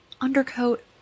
undercoat